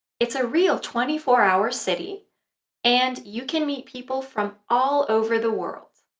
it's a real twenty four hour city and you can meet people from all over the world.